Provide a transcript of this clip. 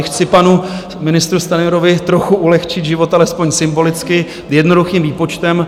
Chci panu ministru Stanjurovi trochu ulehčit život alespoň symbolicky jednoduchým výpočtem.